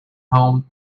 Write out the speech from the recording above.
home